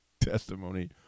testimony